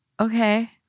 Okay